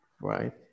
right